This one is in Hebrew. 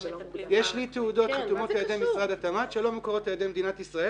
יש לי תעודות חתומות על ידי משרד התמ"ת שלא מוכרות על ידי מדינת ישראל